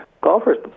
Golfers